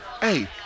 hey